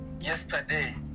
Yesterday